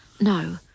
No